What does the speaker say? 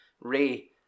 Ray